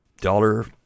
dollar